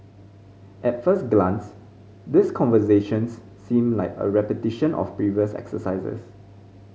at first glance these conversations seem like a repetition of previous exercises